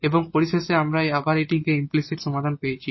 এবং পরিশেষে আমরা এটি আবার ইমপ্লিসিট সমাধান পেয়েছি